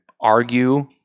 argue